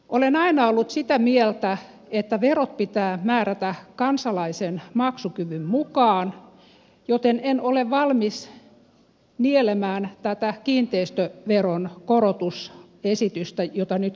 olen aina ollut sitä mieltä että verot pitää määrätä kansalaisen maksukyvyn mukaan joten en ole valmis nielemään tätä kiinteistöveron korotusesitystä jota nyt käsittelemme